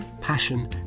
passion